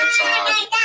time